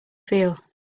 feel